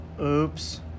Oops